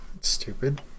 Stupid